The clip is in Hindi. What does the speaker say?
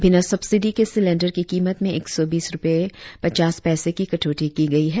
बिना सब्सिडी के सिलेंडर की कीमत में एक सौ बीस रुपये पचास पैसे की कटौती की गई है